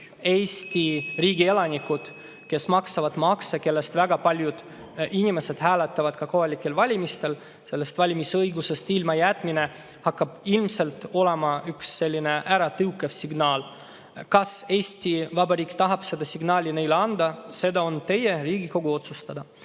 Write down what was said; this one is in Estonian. Eesti riigi elanikud, kes maksavad makse, kellest väga paljud inimesed hääletavad kohalikel valimistel, oleks valimisõigusest ilmajätmine ilmselt neid ära tõukav signaal. Kas Eesti Vabariik tahab sellist signaali neile anda, see on teie, Riigikogu otsustada.